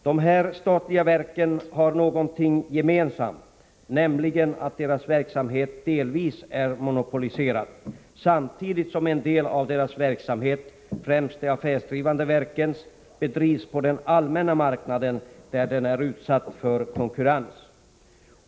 Dessa statliga verk har någonting gemensamt, nämligen att deras verksamhet delvis är monopoliserad, samtidigt som en del av deras verksamhet, främst de affärsdrivande verkens, bedrivs på den allmänna marknaden, där den är utsatt för konkurrens.